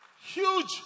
Huge